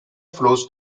flows